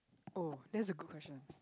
oh that's a good question